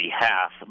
behalf